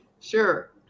Sure